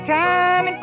time